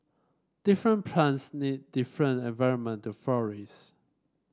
different plants need different environment to flourish